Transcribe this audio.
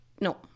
No